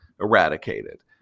eradicated